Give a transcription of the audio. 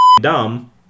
dumb